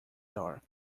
dark